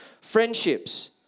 friendships